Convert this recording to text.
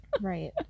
right